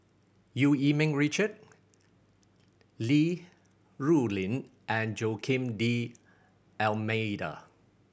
Eu Yee Ming Richard Li Rulin and Joaquim D'Almeida